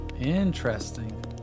Interesting